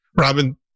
Robin